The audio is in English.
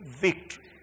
victory